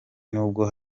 n’ubwo